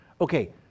Okay